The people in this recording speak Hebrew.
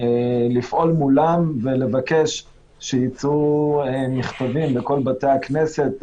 לפעול מולם ולבקש שייצאו מכתבים לכל בתי הכנסת.